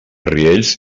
riells